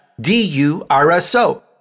D-U-R-S-O